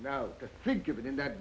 now to think of it in that